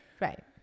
right